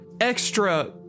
extra